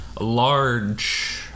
large